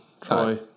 Troy